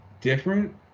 different